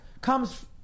comes